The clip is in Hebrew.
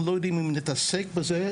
אנחנו לא יודעים אם להתעסק בזה,